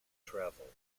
travel